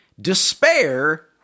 Despair